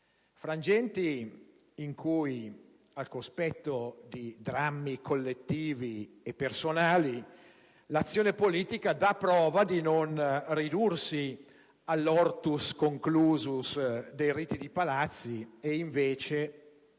Frangenti in cui, al cospetto di drammi collettivi e personali, l'azione politica dà prova di non ridursi all'*hortus* *conclusus* dei riti di Palazzo e invece